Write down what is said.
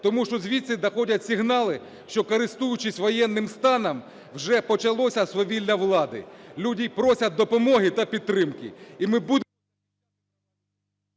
тому що звідси доходять сигнали, що, користуючись воєнним станом, вже почалося свавілля влади. Люди просять допомоги та підтримки.